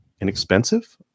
inexpensive